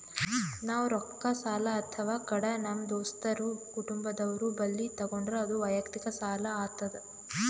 ನಾವ್ ರೊಕ್ಕ ಸಾಲ ಅಥವಾ ಕಡ ನಮ್ ದೋಸ್ತರು ಕುಟುಂಬದವ್ರು ಬಲ್ಲಿ ತಗೊಂಡ್ರ ಅದು ವಯಕ್ತಿಕ್ ಸಾಲ ಆತದ್